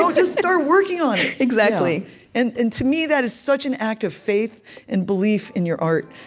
so just start working on it exactly and and to me, that is such an act of faith and belief in your art,